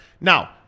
Now